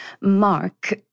Mark